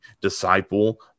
disciple